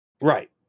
Right